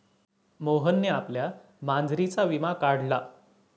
मोहनने आपल्या मांजरीचा विमा काढला